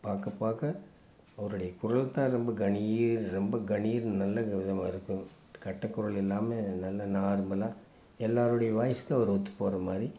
பார்க்க பார்க்க அவருடைய குரல்தான் ரொம்ப கணீர்ன்னு ரொம்ப கணீர்ன்னு நல்ல விதமாக இருக்கும் கட்டைக்குரல் இல்லாமல் நல்ல நார்மலாக எல்லோருடைய வாய்ஸ்க்கும் அவர் ஒத்துப்போகிறமாரி